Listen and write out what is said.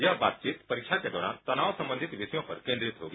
यह बातचीत परीक्षा के दौरान तनाव संबंधित विषयों पर केंद्रित होगी